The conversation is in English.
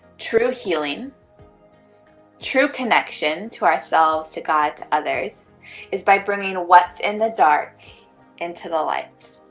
true healing true connection to ourselves to god to others is by bringing, what's in the dark into the light